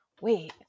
wait